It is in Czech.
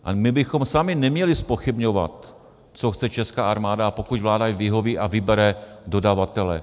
A my bychom sami neměli zpochybňovat, co chce česká armáda, a pokud vláda jí vyhoví a vybere dodavatele.